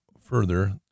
further